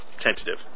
Tentative